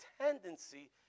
tendency